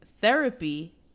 Therapy